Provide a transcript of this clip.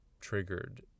triggered